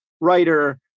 writer